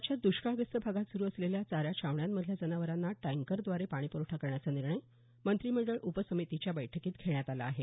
राज्यात दृष्काळग्रस्त भागात सुरू असलेल्या चारा छावण्यांमधल्या जनावरांना टँकरद्वारे पाणी प्रवठा करण्याचा निर्णय मंत्रिमंडळ उपसमितीच्या बैठकीत घेण्यात आला आहे